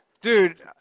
Dude